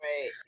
Right